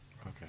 Okay